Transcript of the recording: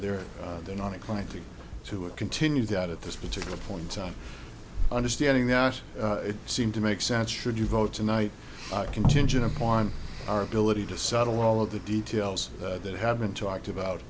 they're they're not inclined to to a continue that at this particular point in time understanding that it seemed to make sad should you vote tonight contingent upon our ability to settle all of the details that have been talked about